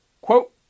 quote